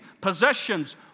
possessions